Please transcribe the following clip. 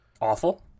Awful